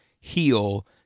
heal